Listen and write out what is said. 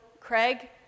Craig